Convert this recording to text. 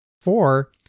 Four